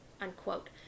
Unquote